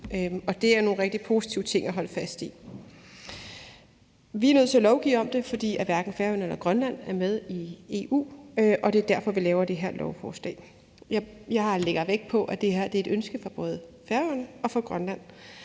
det er nogle rigtig positive ting at holde fast i. Vi er nødt til at lovgive om det, fordi hverken Færøerne eller Grønland er med i EU, og det er derfor, vi laver det her lovforslag. Jeg lægger vægt på, at det her er et ønske fra både Færøerne og fra Grønland,